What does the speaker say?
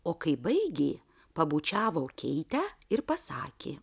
o kai baigė pabučiavo keitę ir pasakė